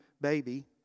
baby